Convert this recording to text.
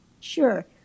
Sure